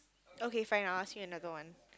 okay fine I'll ask you another one